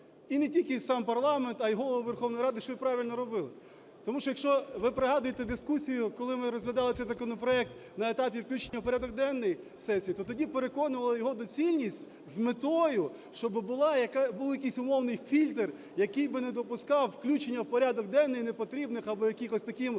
І не тільки сам парламент, а й Голова Верховної Ради, що і правильно робили. Тому що якщо ви пригадуєте дискусію, коли ми розглядали цей законопроект на етапі включення в порядок денний сесії, то тоді переконували його доцільність з метою, щоби був якийсь умовний фільтр, який би не допускав включення в порядок денний непотрібних або якихось таких